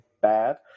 bad